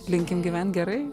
linkim gyvent gerai